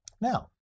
Now